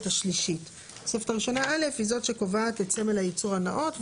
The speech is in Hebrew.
השלישית"; [התוספת הראשונה א' קובעת את סמל הייצור הנאות].